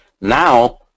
now